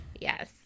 Yes